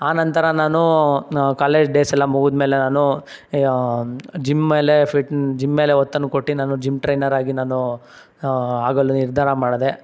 ಆನಂತರ ನಾನೂ college days ಎಲ್ಲ ಮುಗಿದ್ಮೇಲೆ ನಾನು ಜಿಮ್ಮೇಲೆ ಫಿಟ್ ಜಿಮ್ಮೇಲೆ ಒತ್ತನ್ನು ಕೊಟ್ಟು ನಾನು ಜಿಮ್ ಟ್ರೈನರ್ ಆಗಿ ನಾನು ಆಗಲು ನಿರ್ಧಾರ ಮಾಡಿದೆ